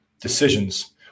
decisions